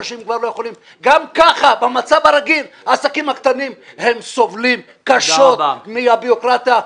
גם כך במצב הרגיל העסקים הקטנים סובלים קשות מהבירוקרטיה,